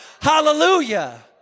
hallelujah